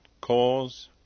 Cause